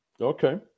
okay